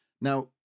Now